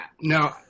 no